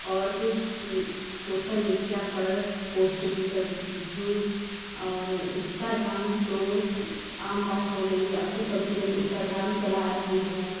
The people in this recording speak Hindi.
और सोशल मीडिया पर पोस्ट भी करती हूँ और इंस्टाग्राम तो आम बात हो गई है अब तो सभी लोग इंस्टाग्राम चला रहे हैं